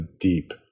deep